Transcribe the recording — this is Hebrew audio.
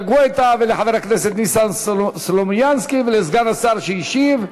גואטה ולחבר הכנסת ניסן סלומינסקי ולסגן השר שהשיב.